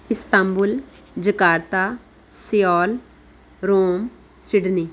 Istanbul Jakarta Seoul Rome Sydney